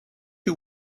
you